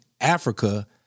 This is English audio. Africa